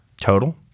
total